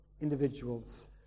individuals